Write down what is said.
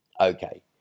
Okay